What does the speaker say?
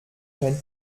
kein